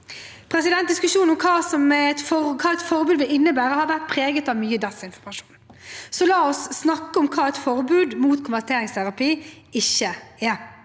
står for. Diskusjonen om hva et forbud vil innebære, har vært preget av mye desinformasjon, så la oss snakke om hva et forbud mot konverteringsterapi ikke er.